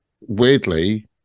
weirdly